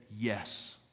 yes